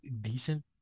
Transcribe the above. decent